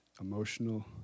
emotional